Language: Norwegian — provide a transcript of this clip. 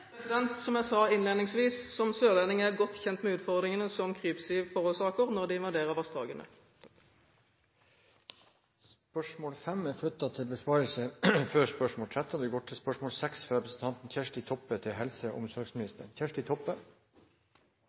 Som jeg sa innledningsvis, som sørlending er jeg godt kjent med utfordringene som krypsiv forårsaker når det invaderer vassdragene. Spørsmål 5 vil bli besvart etter spørsmål 13. Vi går til spørsmål